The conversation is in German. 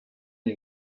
die